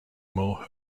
more